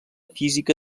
física